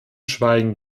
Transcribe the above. schweigen